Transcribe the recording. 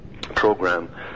program